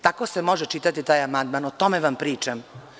Tako se može čitati taj amandman i o tome vam pričam.